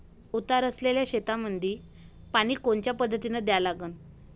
उतार असलेल्या शेतामंदी पानी कोनच्या पद्धतीने द्या लागन?